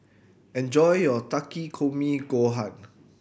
enjoy your Takikomi Gohan